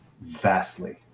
vastly